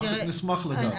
נשמח לדעת.